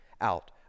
out